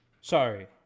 Sorry